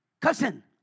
Cousin